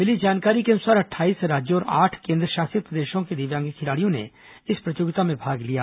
मिली जानकारी को अनुसार अट्ठाईस राज्यों और आठ केंद्रशासित प्रदेशों के दिव्यांग खिलाड़ियों ने इस प्रतियोगिता में भाग लिया